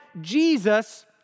Jesus